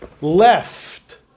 left